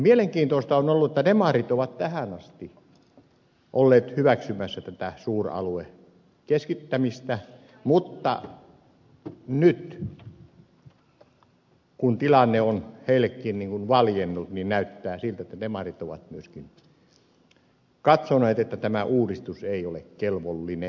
mielenkiintoista on ollut että demarit ovat tähän asti olleet hyväksymässä tätä suuraluekeskittämistä mutta nyt kun tilanne on heillekin valjennut näyttää siltä että demarit ovat myöskin katsoneet että tämä uudistus ei ole kelvollinen